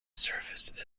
surface